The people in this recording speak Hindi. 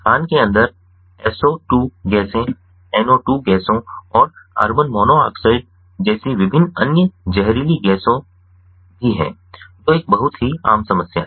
खान के अंदर SOx गैसों NOx गैसों और कार्बन मोनो ऑक्साइड जैसी विभिन्न अन्य जहरीली गैसों भी है जो एक बहुत ही आम समस्या है